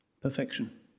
Perfection